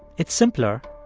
it's simpler.